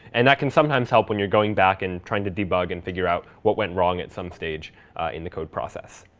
and that can sometimes help when you're going back, and trying to debug, and figure out what went wrong at some stage in the code process.